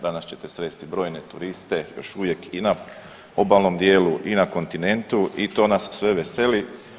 Danas ćete sresti brojne turiste još uvijek i na obalnom dijelu i na kontinentu i to nas sve veseli.